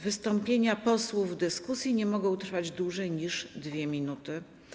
Wystąpienia posłów w dyskusji nie mogą trwać dłużej niż 2 minuty.